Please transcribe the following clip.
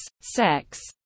sex